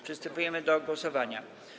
Przystępujemy do głosowania.